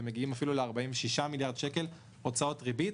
ומגיעים אפילו ל-46 מיליארד שקל הוצאות ריבית.